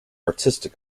artistic